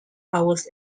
hours